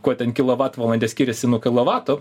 kuo ten kilovatvalandė skiriasi nuo kilovatų